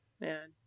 Man